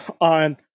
on